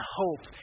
hope